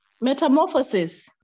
Metamorphosis